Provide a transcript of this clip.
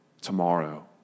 tomorrow